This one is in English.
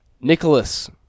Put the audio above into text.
Nicholas